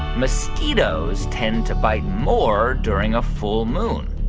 mosquitoes tend to bite more during a full moon?